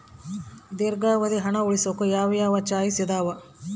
ದೇರ್ಘಾವಧಿ ಹಣ ಉಳಿಸೋಕೆ ಯಾವ ಯಾವ ಚಾಯ್ಸ್ ಇದಾವ?